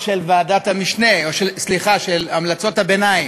ההמלצות של ועדת המשנה, סליחה, את המלצות הביניים.